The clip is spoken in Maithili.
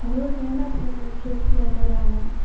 हमरो आओर मेहनत होलै खेती आर करैमे